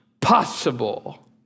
possible